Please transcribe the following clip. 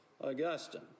Augustine